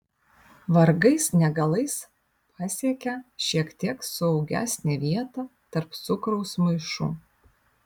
vargais negalais pasiekia šiek tiek saugesnę vietą tarp cukraus maišų